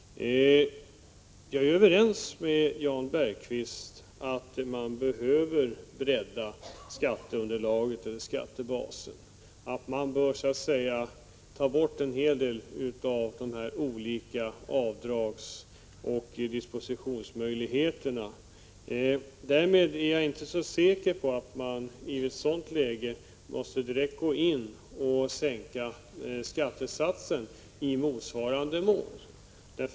Jag är överens med Jan Bergqvist om att man behöver bredda skatteunderlaget eller skattebasen och att man bör ta bort en hel del av de olika avdragsoch dispositionsmöjligheterna. Däremot är jag inte så säker på att man i ett sådant läge direkt måste gå in och sänka skattesatsen i motsvarande mån.